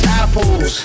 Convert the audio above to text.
apples